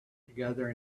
together